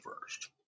first